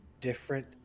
different